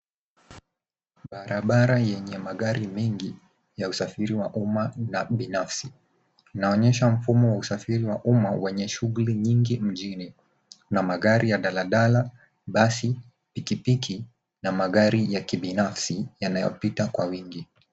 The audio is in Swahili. Barabara yenye magari mengi ya usafiri wa uma na binafsi. Inaonyesha mfumo wa usafiri wa uma wenye shughuli nyingi mjini, na magari ya daladala, basi, pikipiki na magari ya kibinafsi yanayopita kwa wingi.